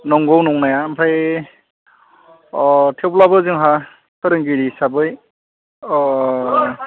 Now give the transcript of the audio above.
नंगौ नंनाया ओमफ्राय अ थेवब्लाबो जोंहा फोरोंगिरि हिसाबै